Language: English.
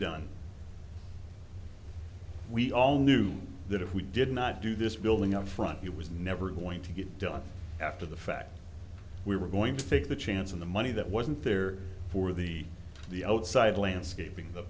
done we all knew that if we did not do this building up front it was never going to get done after the fact we were going to take the chance and the money that wasn't there for the the outside landscaping the